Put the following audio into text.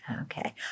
Okay